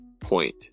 Point